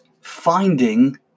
Finding